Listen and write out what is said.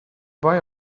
boy